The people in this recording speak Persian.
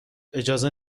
اجازه